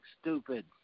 stupid